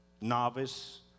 novice